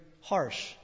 harsh